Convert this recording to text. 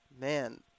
man